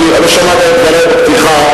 לא שמעת את דברי בפתיחה.